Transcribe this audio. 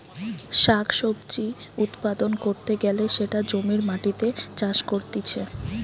শাক সবজি উৎপাদন ক্যরতে গ্যালে সেটা জমির মাটিতে চাষ করতিছে